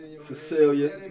Cecilia